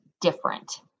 different